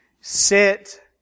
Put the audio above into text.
sit